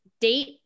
date